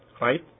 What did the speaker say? Right